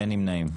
אין נמנעים.